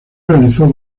realizó